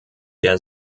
der